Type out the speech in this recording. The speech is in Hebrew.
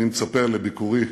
אני מצפה לביקורי,